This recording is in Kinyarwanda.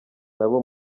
nabo